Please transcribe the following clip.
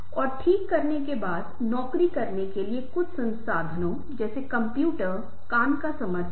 इसलिए एक बार मैंने ऐसा किया है कि यहां से मैं रूपरेखा पर जा सकता हूं